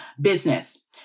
business